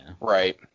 right